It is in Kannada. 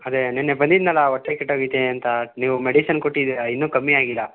ಅದೇ ನಿನ್ನೆ ಬಂದಿದ್ನಲ್ಲ ಹೊಟ್ಟೆ ಕೆಟ್ಟೋಗಿದೆ ಅಂತ ನೀವು ಮೆಡಿಸನ್ ಕೊಟ್ಟಿದ್ದೀರ ಇನ್ನೂ ಕಮ್ಮಿ ಆಗಿಲ್ಲ